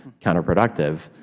counterproductive,